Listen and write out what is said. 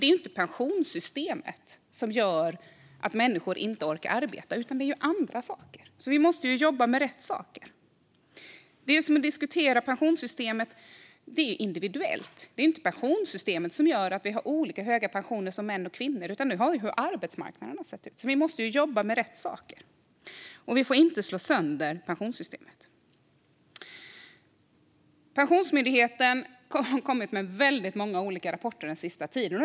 Det är ju inte pensionssystemet som gör att människor inte orkar arbeta, utan det är andra saker. Vi måste alltså jobba med rätt saker. Pensionssystemet, som vi diskuterar, är individuellt. Det är inte pensionssystemet som gör att män och kvinnor har olika höga pensioner, utan det beror på hur arbetsmarknaden har sett ut. Vi måste alltså jobba med rätt saker. Och vi får inte slå sönder pensionssystemet. Pensionsmyndigheten har kommit med många olika rapporter den senaste tiden.